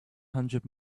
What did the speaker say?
hundred